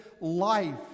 life